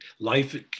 Life